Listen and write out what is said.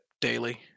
daily